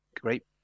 great